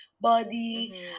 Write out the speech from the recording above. body